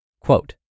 Quote